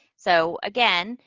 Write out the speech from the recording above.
so, again,